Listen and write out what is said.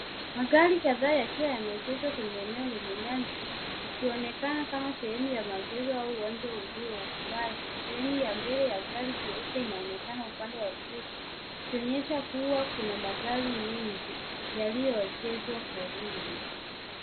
Magari kadhaa yakiwa yameegeshwa kwenye eneo lenye nyasi ikionekana kama sehemu ya maegezo ama uwanja ulio wazi. Sehemu ya mbele ya gari jeupe inaonekana upande wa kushoto ikionyesha kuwa kuna magari mengi yaliyoegeshwa karibu.